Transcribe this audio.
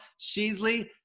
Sheasley